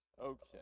Okay